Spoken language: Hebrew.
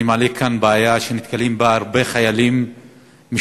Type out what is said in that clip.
אני מעלה כאן בעיה שנתקלים בה הרבה חיילים משוחררים,